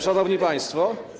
Szanowni Państwo!